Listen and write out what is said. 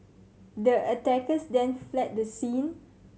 the attackers then fled the scene